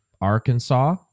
Arkansas